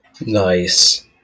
Nice